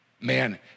Man